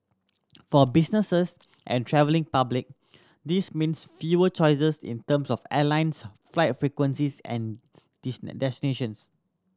for businesses and travelling public this means fewer choices in terms of airlines flight frequencies and destinations